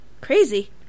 Crazy